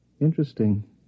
Interesting